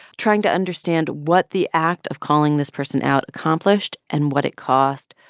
trying to understand what the act of calling this person out accomplished and what it cost.